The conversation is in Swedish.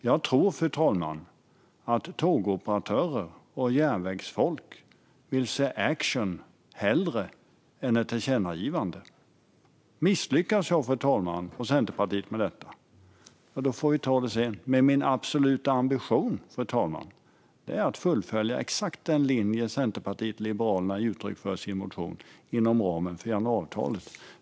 Jag tror, fru talman, att tågoperatörer och järnvägsfolk hellre vill se action än ett tillkännagivande. Misslyckas jag och Centerpartiet med detta får vi ta det sedan. Men min absoluta ambition är att fullfölja exakt den linje som Centerpartiet och Liberalerna ger uttryck för i sin motion inom ramen för januariavtalet.